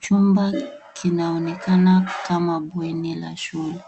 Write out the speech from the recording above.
Chumba kinaonekana kama bweni la shule.